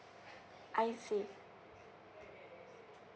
I see